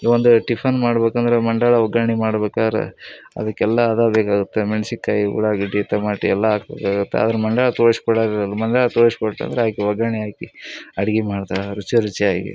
ಈ ಒಂದು ಟಿಫನ್ ಮಾಡ್ಬೇಕಂದ್ರೆ ಮಂಡಾಳ ಒಗ್ಗರ್ಣೆ ಮಾಡ್ಬೇಕಾರೆ ಅದಕ್ಕೆಲ್ಲ ಅದು ಬೇಕಾಗುತ್ತೆ ಮೆಣ್ಸಿಕಾಯ್ ಉಳ್ಳಾಗಡ್ಡೆ ತಮಾಟಿ ಎಲ್ಲ ಹಾಕ್ಬೇಕಾಗತ್ತ ಆದ್ರೆ ಮಂಡಾಳ ತೋಳ್ಸ್ಕೊಡೋರ್ ಇರೋಲ್ಲ ಮಂಡಾಳ ತೋಳ್ಸ್ಕೊಟ್ಟಂದ್ರೆ ಆಕೆ ಒಗ್ಗರ್ಣೆ ಹಾಕಿ ಅಡ್ಗೆ ಮಾಡ್ತಾರೆ ರುಚಿ ರುಚಿಯಾಗಿ